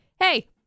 hey